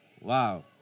Wow